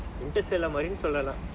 interstellar மாரி சொல்லலாம்:maari sollalaam